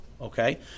Okay